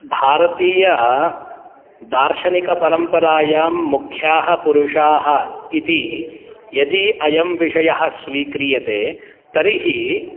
भारतीय दार्शनिकपरम्परायां मुख्याः पुरुषाः इति यदि अयं विषयः स्वीक्रियते तर्हि